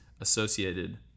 associated